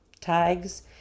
tags